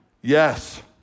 Yes